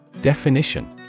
Definition